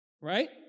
right